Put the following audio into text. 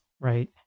right